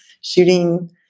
shooting